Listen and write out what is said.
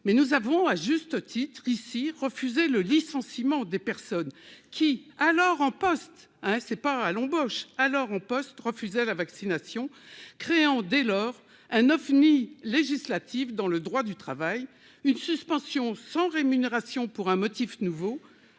mais nous avons à juste titre ici refusé le licenciement des personnes qui, alors en poste, hein, c'est pas à l'embauche, alors en poste, refusaient la vaccination créant dès lors un OFNI législative dans le droit du travail, une suspension sans rémunération pour un motif nouveau